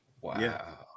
Wow